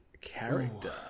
character